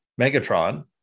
Megatron